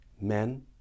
men